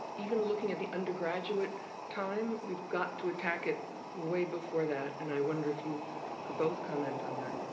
even looking at the undergraduate time, we've got to attack it way before that. and i wonder if you could both comment on that.